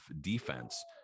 defense